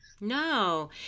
No